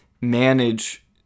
manage